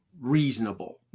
reasonable